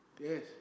Yes